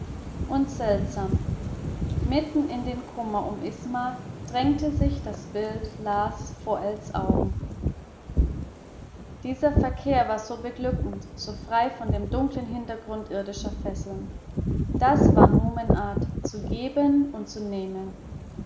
und seltsam mitten in den kummer um isma drängte sich das bild las vor ells augen dieser verkehr war so beglückend so frei von dem dunkeln hintergrund irdischer fesseln das war numenart zu geben und zu nehmen